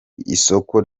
isoko